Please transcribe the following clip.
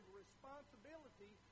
responsibility